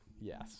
Yes